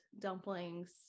dumplings